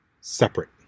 separate